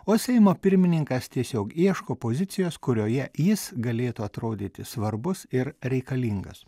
o seimo pirmininkas tiesiog ieško pozicijos kurioje jis galėtų atrodyti svarbus ir reikalingas